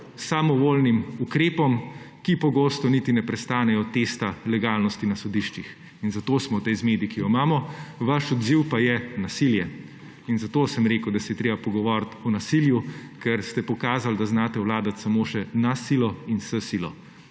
samovoljnim ukrepom, ki pogosto niti ne prestanejo testa legalnosti na sodiščih. Zato smo v tej zmedi, ki jo imamo, vaš odziv pa je nasilje. Zato sem rekel, da se je treba pogovoriti o nasilju. Ker ste pokazali, da znate vladati samo še na silo in s silo.